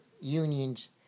unions